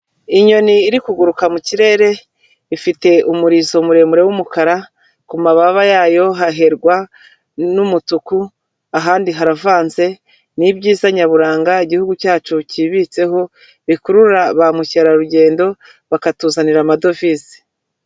Inyoni iri kuguruka mu kirere ifite umurizo muremure w'umukara, ku mababa yayo haherwa n'umutuku, ahandi haravanze, ni ibyiza nyaburanga igihugu cyacu cyibitseho, bikurura ba mukerarugendo bakatuzanira amadovize.